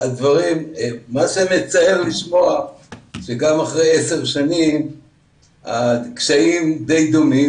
מה שמצער לשמוע זה שגם אחרי 10 שנים הקשיים די דומים.